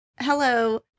hello